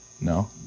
No